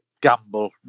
gamble